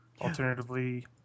Alternatively